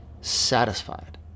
satisfied